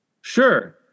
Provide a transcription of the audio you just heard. Sure